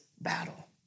battle